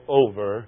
over